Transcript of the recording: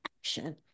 action